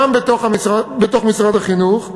גם בתוך משרד החינוך,